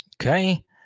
Okay